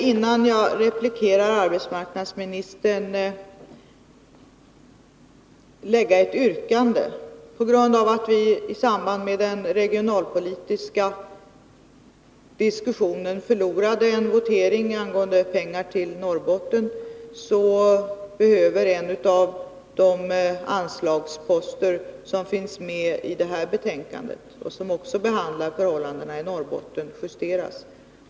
Innan jag replikerar arbetsmarknadsministern vill jag framställa ett yrkande i anslutning till motion 1981/82:2547 av Olof Palme m.fl. På grund av att vi förlorade en votering vid behandlingen av regionalpolitiken angående pengar till Norrbotten behöver en av de anslagsposter som finns med i det här betänkandet och som berör förhållandena i Norrbotten uppjusteras.